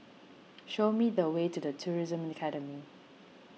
show me the way to the Tourism Academy